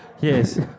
yes